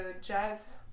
jazz